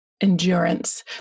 endurance